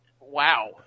wow